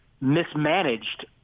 mismanaged